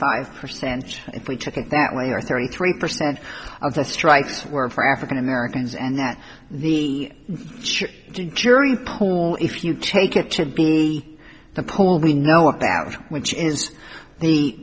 five percent if we took it that way or thirty three percent of the strikes were for african americans and that the jury pool if you take it should be the pool we know about which is the